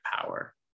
power